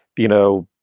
you know,